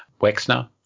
Wexner